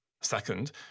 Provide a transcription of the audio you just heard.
Second